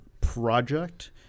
project